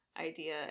idea